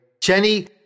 Jenny